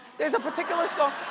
there's a particular song,